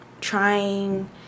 trying